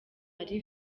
marie